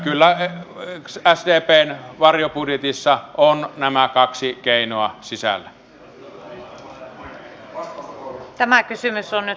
kyllä sdpn varjobudjetissa on nämä kaksi keinoa sisällä